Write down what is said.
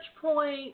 point